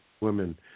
women